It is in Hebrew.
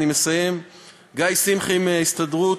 גיא שמחי מההסתדרות.